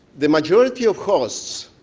the majority of costs